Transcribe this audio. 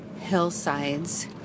hillsides